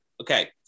okay